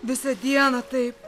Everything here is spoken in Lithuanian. visą dieną taip